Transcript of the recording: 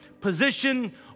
position